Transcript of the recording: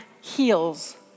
heals